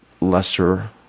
lesser